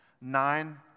nine